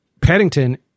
Paddington